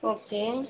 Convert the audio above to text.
okay